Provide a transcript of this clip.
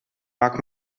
mag